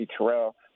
Terrell